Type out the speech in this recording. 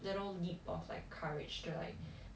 little leap of like courage to like